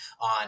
on